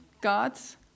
God's